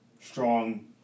strong